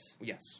Yes